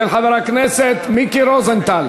של חברי הכנסת מיקי רוזנטל